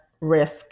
risk